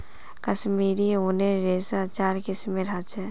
कश्मीरी ऊनेर रेशा चार किस्मेर ह छे